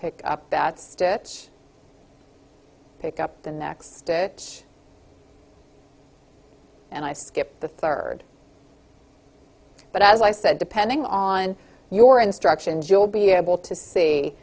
pick up that stitch pick up the next it and i skip the third but as i said depending on your instructions you'll be able to